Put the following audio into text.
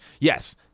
yes